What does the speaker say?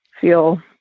feel